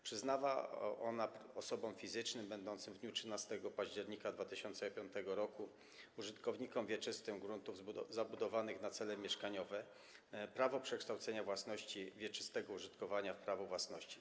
Przyznała ona osobom fizycznym będącym w dniu 13 października 2005 r. użytkownikami wieczystymi gruntów zabudowanych na cele mieszkaniowe prawo przekształcenia własności wieczystego użytkowania w prawo własności.